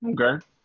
Okay